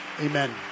Amen